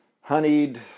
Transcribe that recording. honeyed